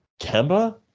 Kemba